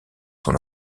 son